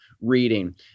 reading